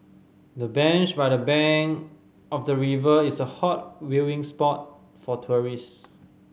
the bench by the bank of the river is a hot viewing spot for tourists